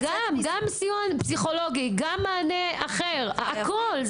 גם סיוע פסיכולוגי, גם מענה אחר, הכול.